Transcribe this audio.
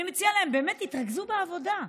אני מציעה להם באמת: תתרכזו בעבודה.